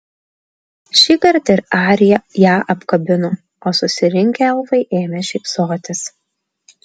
šįkart ir arija ją apkabino o susirinkę elfai ėmė šypsotis